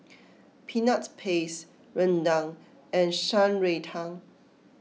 Peanut Paste Rendang and Shan Rui Tang